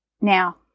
Now